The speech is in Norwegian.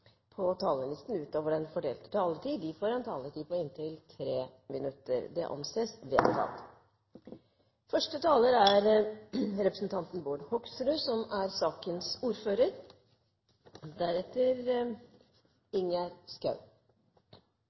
på talerlisten utover den fordelte taletid, får en taletid på inntil 3 minutter. – Det anses vedtatt. Første taler er representanten Bård Hoksrud,